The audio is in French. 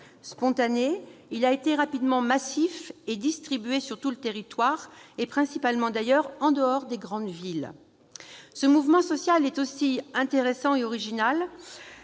Spontané, il a rapidement été massif et distribué sur tout le territoire, principalement, d'ailleurs, en dehors des grandes villes. Ce mouvement social est aussi intéressant et original